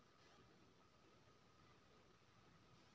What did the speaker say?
हरियाणा गाय हरियाणा मे भेटै छै